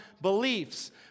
beliefs